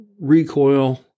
recoil